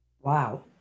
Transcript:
Wow